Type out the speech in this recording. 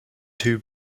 two